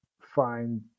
find